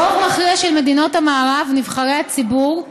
ברוב מכריע של מדינות המערב, נבחרי הציבור,